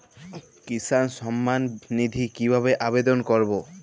কিষান সম্মাননিধি কিভাবে আবেদন করব?